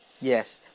Yes